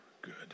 good